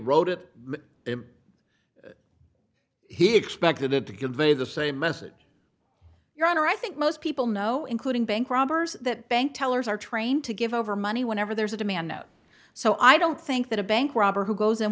wrote it he expected it to convey the same message your honor i think most people know including bank robbers that bank tellers are trained to give over money whenever there's a demand out so i don't think that a bank robber who goes in